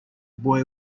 boy